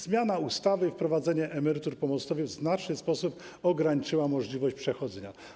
Zmiana ustawy, wprowadzenie emerytur pomostowych w znaczny sposób ograniczyło możliwość przechodzenia.